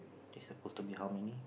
it's supposed to be how many